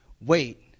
wait